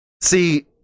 see